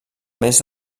més